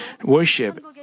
worship